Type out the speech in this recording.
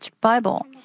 Bible